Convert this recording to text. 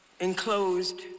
enclosed